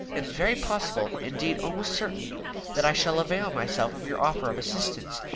it is very possible indeed, almost certain that i shall avail myself of your offer of assistance,